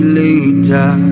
later